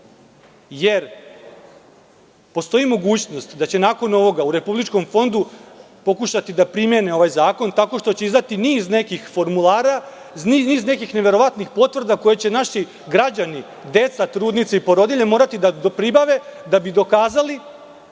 jer postoji mogućnost da će nakon ovoga u Republičkom fondu pokušati da primene ovaj zakon tako što će izdati niz nekih formulara, niz nekih neverovatnih potvrda koje će naši građani, deca, trudnice i porodilje morati da pribave da bi dokazali